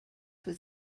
was